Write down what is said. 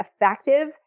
effective